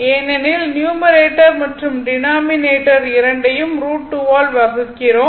ஏனெனில் நியூமரேட்டர் மற்றும் டினாமினேட்டர் இரண்டையும் √ 2 ஆல் வகுக்கிறோம்